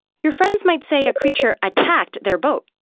your friends might say a creature attacked their boat,